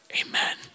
Amen